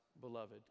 beloved